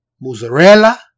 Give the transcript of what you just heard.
Mozzarella